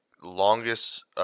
longest –